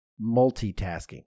multitasking